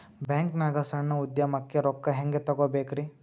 ಬ್ಯಾಂಕ್ನಾಗ ಸಣ್ಣ ಉದ್ಯಮಕ್ಕೆ ರೊಕ್ಕ ಹೆಂಗೆ ತಗೋಬೇಕ್ರಿ?